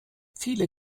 viele